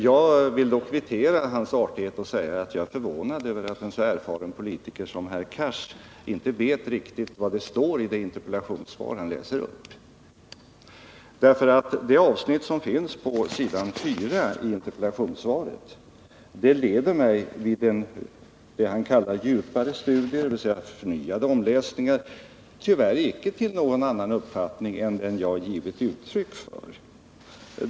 Jag vill kvittera hans artighet och säga att jag är förvånad över att en så erfaren politiker som herr Cars inte riktigt vet vad det står i det interpellationssvar han läser upp. Ett avsnitt i interpellationssvaret leder mig, vid det han kallar djupare studier, dvs. förnyade omläsningar, tyvärr icke till någon annan uppfattning än den jag givit uttryck för.